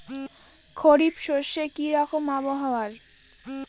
খরিফ শস্যে কি রকম আবহাওয়ার?